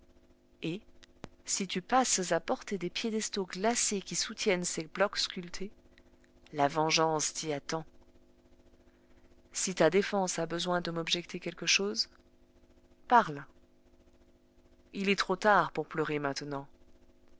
et si tu passes à portée des piédestaux glacés qui soutiennent ces blocs sculptés la vengeance t'y attend si ta défense a besoin de m'objecter quelque chose parle il est trop tard pour pleurer maintenant